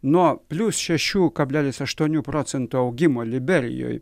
nuo plius šešių kablelis aštuonių procento augimo liberijoj